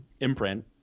imprint